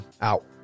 Out